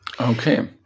Okay